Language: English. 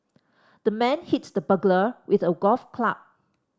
the man hit the burglar with a golf club